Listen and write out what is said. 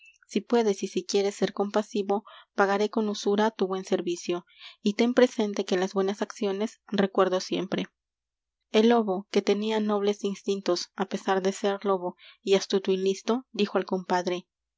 si puedes y si quieres ser compasivo pagaré con usura t u buen servicio y ten presente que las buenas acciones recuerdo siempre el lobo que tenía nobles instintos á pesar de ser lobo y astuto y listo dijo al compadre